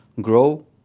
grow